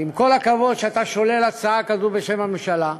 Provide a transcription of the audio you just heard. שעם כל הכבוד, כשאתה שולל הצעה כזו בשם הממשלה,